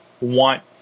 want